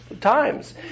times